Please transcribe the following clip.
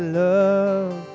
love